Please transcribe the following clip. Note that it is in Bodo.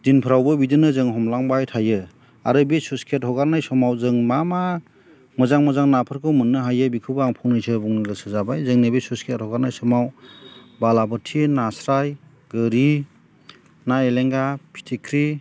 दिनफ्रावबो बिदिनो जों हमलांबाय थायो आरो बे स्लुइस गेट हगारनाय समाव जों मा मा मोजां मोजां नाफोरखौ जों मोननो हायो बेखौ आं फंनैसो बुंनो गोसो जाबाय जोंनि बे स्लुइस गेट हगारनाय समाव बालाबोथि नास्राय गोरि ना एलेंगा फिथिख्रि